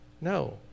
No